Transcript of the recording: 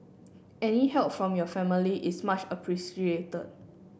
any help from your family is much appreciated